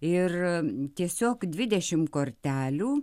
ir tiesiog dvidešimt kortelių